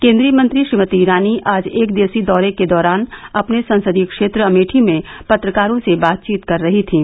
केंद्रीय मंत्री श्रीमती ईरानी आज एक दिवसीय दौरे के दौरान अपने संसदीय क्षेत्र अमेठी में पत्रकारों से बातचीत कर रही थीं